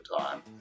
time